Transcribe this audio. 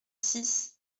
six